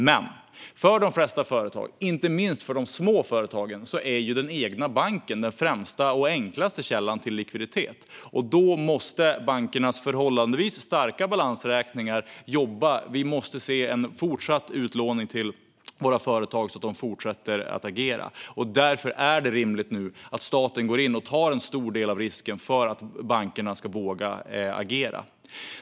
Men för de flesta företag, inte minst för de små företagen, är den egna banken den främsta och enklaste källan till likviditet. Bankernas förhållandevis starka balansräkningar måste jobba. Vi måste se en fortsatt utlåning till våra företag så att de fortsätter att agera. Därför är det nu rimligt att staten går in och tar en stor del av risken för att bankerna ska våga agera.